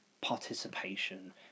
participation